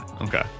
Okay